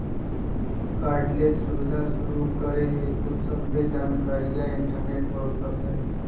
cardless सुबीधा शुरू करे हेतु सभ्भे जानकारीया इंटरनेट पर उपलब्ध हई